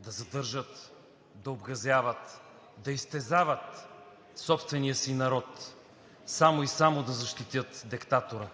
да задържат, да обгазяват, да изтезават собствения си народ само и само да защитят диктатора.